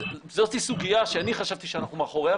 אז זאת סוגיה שאני חשבתי שאנחנו מאחוריה,